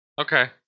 okay